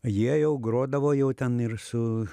jie jau grodavo jau ten ir su